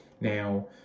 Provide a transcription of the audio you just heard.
Now